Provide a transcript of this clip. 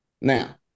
Now